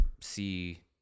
see